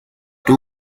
two